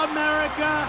America